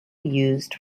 used